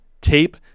Tape